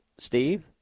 Steve